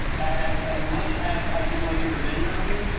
as as much as i do wanna get revenge on you,